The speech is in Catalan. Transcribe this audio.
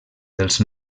dels